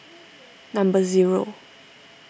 number zero